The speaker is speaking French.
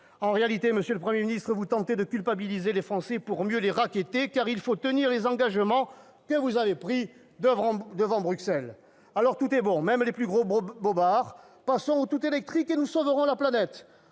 En réalité, monsieur le Premier ministre, vous tentez de culpabiliser les Français pour mieux les racketter, car il faut tenir les engagements que vous avez pris devant Bruxelles. Alors, tout est bon, même les plus gros bobards :« Passons au tout-électrique, et nous sauverons la planète.